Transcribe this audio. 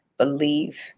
Believe